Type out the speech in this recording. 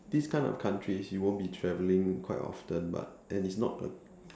these kind of countries you won't be traveling quite often but and it's not a